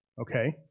okay